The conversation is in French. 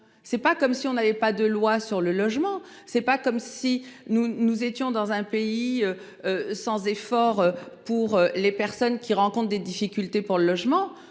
c'est pas comme si on avait pas de loi sur le logement, c'est pas comme si nous nous étions dans un pays. Sans effort pour les personnes qui rencontrent des difficultés pour le logement.